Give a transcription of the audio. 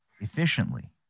efficiently